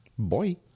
Boy